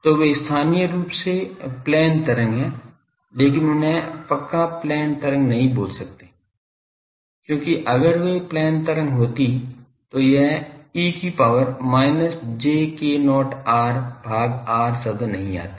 तो वे स्थानीय रूप से प्लेन तरंग हैं लेकिन उन्हें पक्का प्लेन तरंग नहीं बोल सकते है क्योंकि अगर वे प्लेन तरंग होती तो यह e की power minus j k0 r भाग r शब्द नहीं आते